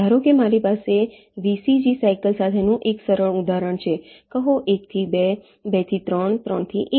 ધારો કે મારી પાસે VCG સાઈકલ સાથેનું એક સરળ ઉદાહરણ છે કહો 1 થી 2 2 થી 3 3 થી 1